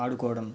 ఆడుకోవడం